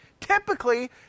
Typically